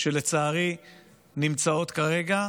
שלצערי נמצאות כרגע,